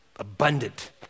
abundant